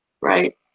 Right